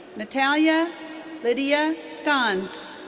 natalya lydia ganz.